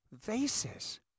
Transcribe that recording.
vases